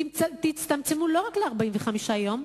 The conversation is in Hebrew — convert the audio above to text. תצטמצמו לא רק ל-45 יום,